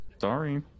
Sorry